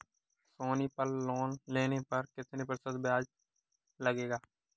सोनी पल लोन लेने पर कितने प्रतिशत ब्याज लगेगा?